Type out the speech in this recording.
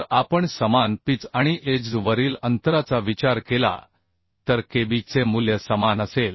जर आपण समान पिच आणि एज वरील अंतराचा विचार केला तर kb चे मूल्य समान असेल